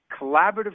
collaborative